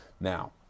Now